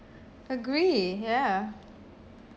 agree ya